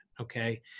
okay